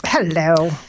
Hello